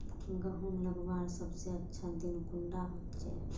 गहुम लगवार सबसे अच्छा दिन कुंडा होचे?